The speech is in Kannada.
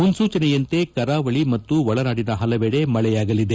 ಮುನ್ಸೂಚನೆಯಂತೆ ಕರಾವಳಿ ಮತ್ತು ಒಳನಾಡಿನ ಪಲವೆಡೆ ಮಳೆಯಾಗಲಿದೆ